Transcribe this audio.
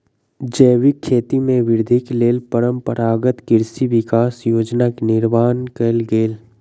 जैविक खेती में वृद्धिक लेल परंपरागत कृषि विकास योजना के निर्माण कयल गेल